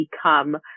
become